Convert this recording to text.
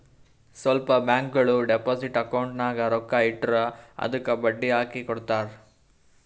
ಸ್ವಲ್ಪ ಬ್ಯಾಂಕ್ಗೋಳು deposit account ನಾಗ್ ರೊಕ್ಕಾ ಇಟ್ಟುರ್ ಅದ್ದುಕ ಬಡ್ಡಿ ಹಾಕಿ ಕೊಡ್ತಾರ್